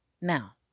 now